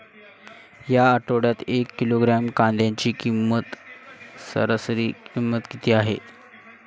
या आठवड्यात एक किलोग्रॅम कांद्याची सरासरी किंमत किती आहे?